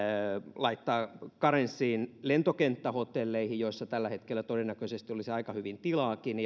laittaa karenssiin lentokenttähotelleihin joissa tällä hetkellä todennäköisesti olisi aika hyvin tilaakin